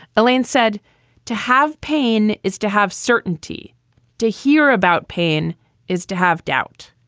elaine said to have pain is to have certainty to hear about pain is to have doubt.